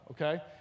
okay